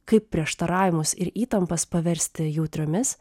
kaip prieštaravimus ir įtampas paversti jautriomis